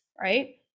right